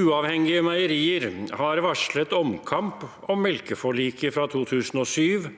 «Uavhengige meieri- er har varslet omkamp om melkeforliket fra 2007,